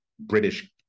British